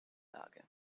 lage